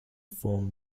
form